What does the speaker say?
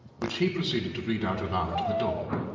which he proceeded to read out aloud to the dog.